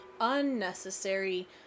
unnecessary